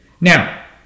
Now